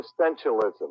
existentialism